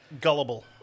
gullible